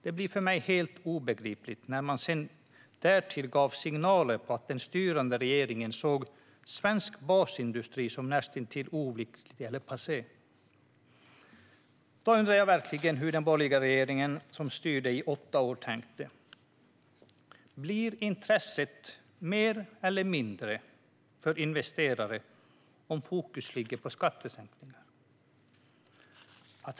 Det blir för mig helt obegripligt när man sedan dessutom gav signaler om att den styrande regeringen såg svensk basindustri som nästintill oviktig eller passé. Då undrar jag verkligen hur den borgerliga regeringen som styrde i åtta år tänkte. Blir intresset större eller mindre för investerare om fokus ligger på skattesänkningar?